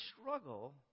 struggle